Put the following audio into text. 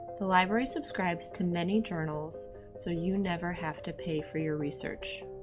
the library subscribes to many journals so you never have to pay for your research.